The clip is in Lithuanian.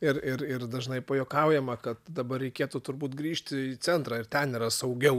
ir ir ir dažnai pajuokaujama kad dabar reikėtų turbūt grįžti į centrą ir ten yra saugiau